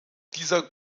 dieser